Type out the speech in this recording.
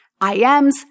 IMs